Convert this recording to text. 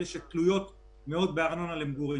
אלה שתלויות מאוד בארנונה למגורים.